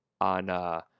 on